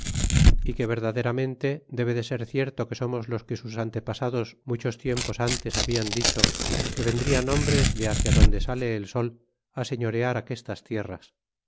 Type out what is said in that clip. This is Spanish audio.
y que verdaderamente debe de ser cierto que somos los que sus antepasados muchos tiempos ntes hablan dicho que vendrian hombres de hacia donde sale el sol señorear aquestas tierras